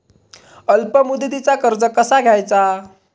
अल्प मुदतीचा कर्ज कसा घ्यायचा?